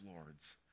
lords